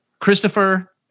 Christopher